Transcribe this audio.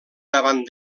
davant